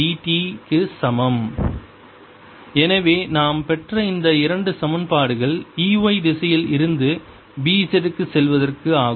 ds Bzxz BzxBz∂xxz00Ey∂txz Bz∂x00Ey∂t எனவே நாம் பெற்ற இந்த இரண்டு சமன்பாடுகள் E y திசையில் இருந்து B z க்கு செல்வதற்கு ஆகும்